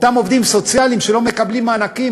אותם עובדים סוציאליים שלא מקבלים מענקים,